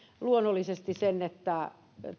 luonnollisesti sen että